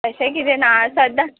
तशें किदें ना सद्दां